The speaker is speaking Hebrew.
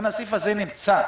הסעיף הזה נמצא.